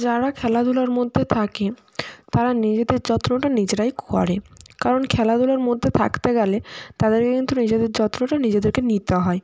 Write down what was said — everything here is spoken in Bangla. যারা খেলাধুলার মধ্যে থাকে তারা নিজেদের যত্নটা নিজেরাই করে কারণ খেলাধুলার মধ্যে থাকতে গেলে তাদেরকে কিন্তু নিজেদের যত্নটা নিজেদেরকে নিতে হয়